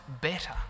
better